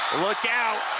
look out,